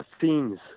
themes